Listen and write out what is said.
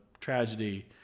tragedy